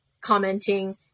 commenting